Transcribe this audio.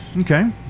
Okay